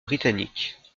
britanniques